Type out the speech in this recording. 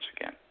again